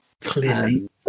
Clearly